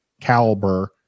caliber